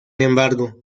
embargo